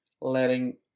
letting